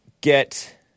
get